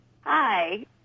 Hi